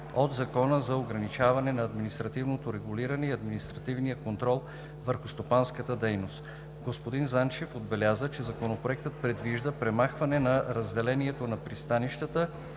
от Закона за ограничаване на административното регулиране и административния контрол върху стопанската дейност. Господин Занчев отбеляза, че Законопроектът предвижда премахване на разделението на пристанищата